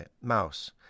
mouse